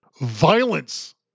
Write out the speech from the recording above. Violence